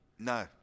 No